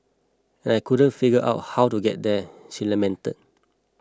I couldn't figure out how to get there she lamented